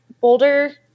Boulder